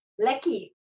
lucky